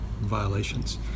violations